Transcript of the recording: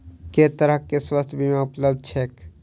केँ तरहक स्वास्थ्य बीमा उपलब्ध छैक?